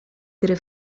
gry